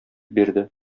бирде